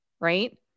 Right